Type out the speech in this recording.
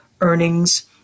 earnings